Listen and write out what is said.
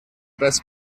best